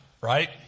right